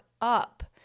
up